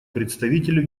представителю